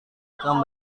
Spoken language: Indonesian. akan